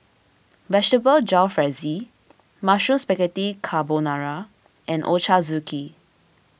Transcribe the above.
Vegetable Jalfrezi Mushroom Spaghetti Carbonara and Ochazuke